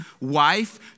wife